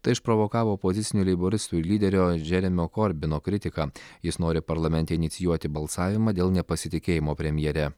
tai išprovokavo opozicinių leiboristų lyderio džeremio korbino kritiką jis nori parlamente inicijuoti balsavimą dėl nepasitikėjimo premjere